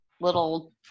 little